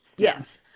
Yes